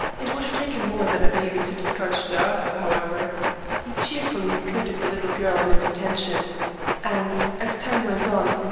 it would have taken more than a baby to discourage sir arthur, however he cheerfully included the little girl in his attentions and, as time went on,